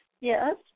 Yes